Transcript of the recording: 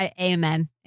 amen